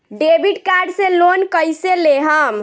Debit card से loan कईसे लेहम?